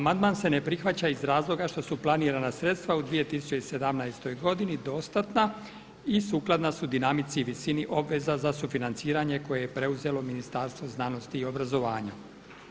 Amandman se ne prihvaća iz razloga što su planirana sredstva u 2017. godini dostatna i sukladna su dinamici i visini obveza za sufinanciranje koje je preuzelo Ministarstvo znanosti i obrazovanja.